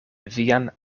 vian